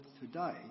today